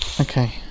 Okay